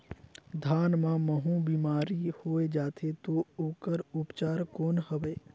धान मां महू बीमारी होय जाथे तो ओकर उपचार कौन हवे?